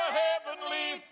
heavenly